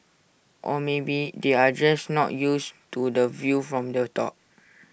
or maybe they are just not used to the view from the top